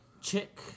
Chick